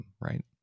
right